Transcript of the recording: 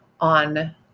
on